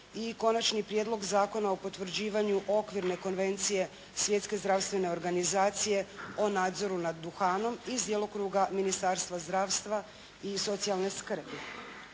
i Konačni prijedlog Zakona o potvrđivanju Okvirne konvencije Svjetske zdravstvene organizacije o nadzoru nad duhanom iz djelokruga Ministarstva zdravstva i socijalne skrbi.